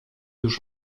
już